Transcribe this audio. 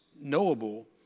knowable